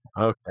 Okay